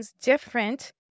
different